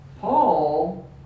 Paul